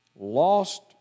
Lost